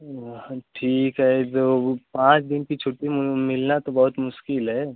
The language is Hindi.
वहाँ ठीक है तो पाँच दिन की छुट्टी मिलना तो बहुत मुश्किल है